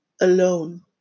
alone